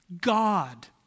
God